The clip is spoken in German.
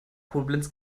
koblenz